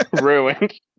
ruined